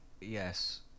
yes